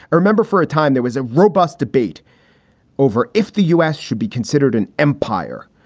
remember, for a time there was a robust debate over if the u s. should be considered an empire.